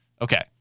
Okay